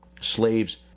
slaves